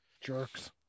Jerks